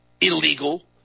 illegal